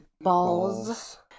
Balls